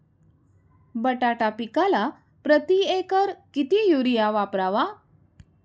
बटाटा पिकाला प्रती एकर किती युरिया वापरावा?